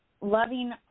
loving